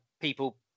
people